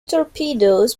torpedoes